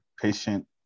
patient